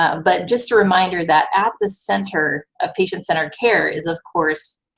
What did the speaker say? um but just a reminder that at the center of patient-centered care is, of course,